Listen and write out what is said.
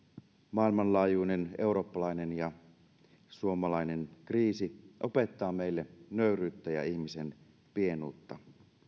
maailmanlaajuinen eurooppalainen ja suomalainen kriisi opettaa meille nöyryyttä ja ihmisen pienuutta